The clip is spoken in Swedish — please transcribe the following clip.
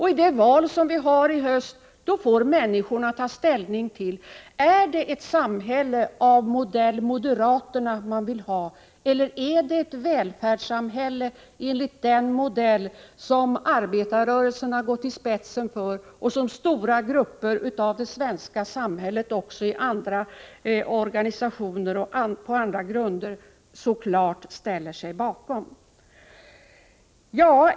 I det val som vi har i höst får människorna ta ställning: Är det ett samhälle av moderaternas modell man vill ha eller är det ett välfärdssamhälle av den modell som arbetarrörelsen gått i spetsen för och som stora grupper av det svenska samhället också i andra organisationer och på andra grunder så klart ställer sig bakom?